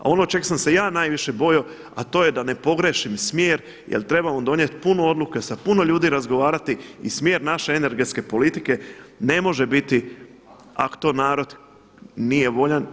A ono čeg sam se ja najviše bojao a to je da ne pogriješim smjer, jer trebamo donijeti puno odluka, sa puno ljudi razgovarati i smjer naše energetske politike ne može biti ako to narod nije voljan.